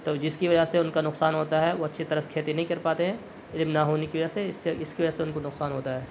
تو جس کی وجہ سے ان کا نقصان ہوتا ہے وہ اچھی طرح سے کھیتی نہیں کر پاتے ہیں علم نہ ہونے کی وجہ سے اس سے اس کی وجہ سے ان کو نقصان ہوتا ہے